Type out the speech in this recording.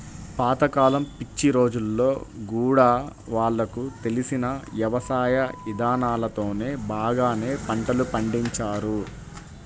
పాత కాలం పిచ్చి రోజుల్లో గూడా వాళ్లకు తెలిసిన యవసాయ ఇదానాలతోనే బాగానే పంటలు పండించారు